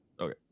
Okay